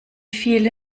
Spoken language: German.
viele